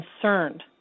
concerned